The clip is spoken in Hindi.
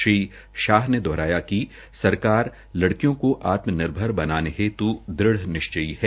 श्री शाह ने दोहराया कि सरकार लड़कियों को आत्म निर्भर बनाने हेत् दृढ़ निश्चयी है